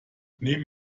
nehmen